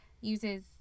uses